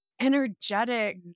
energetic